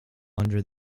under